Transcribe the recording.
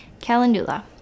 Calendula